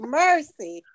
mercy